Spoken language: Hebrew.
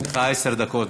יש לך עשר דקות.